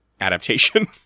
adaptation